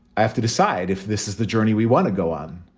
i have to decide if this is the journey we want to go on.